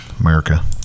America